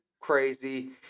crazy